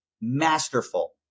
masterful